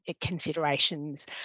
considerations